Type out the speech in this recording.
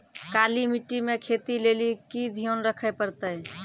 काली मिट्टी मे खेती लेली की ध्यान रखे परतै?